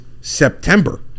September